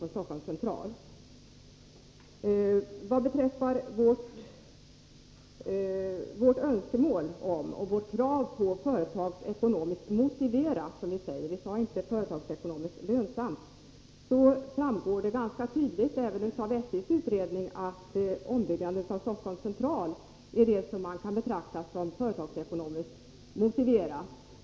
Vad beträffar vårt önskemål om och vårt krav på företagsekonomiskt motiverade projekt — vi sade inte företagsekonomiskt lönsamma — framgår det ganska tydligt även av SJ:s utredning att ombyggnaden av Stockholms central är ett projekt som man kan betrakta som företagsekonomiskt motiverat.